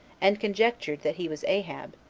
and conjectured that he was ahab,